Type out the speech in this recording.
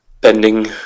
Bending